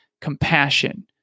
compassion